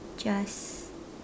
just